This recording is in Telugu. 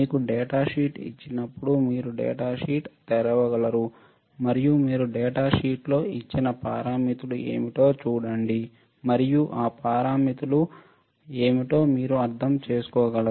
మీకు డేటా షీట్ ఇచ్చినప్పుడు మీరు డేటా షీట్ తెరవగలరు మరియు మీరు డేటా షీట్లో ఇచ్చిన పారామితులు ఏమిటో చూడండి మరియు అ పారామితులు ఏమిటో మీరు అర్థం చేసుకోగలరు